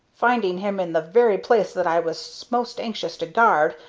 finding him in the very place that i was most anxious to guard,